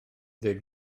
ddeng